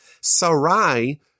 Sarai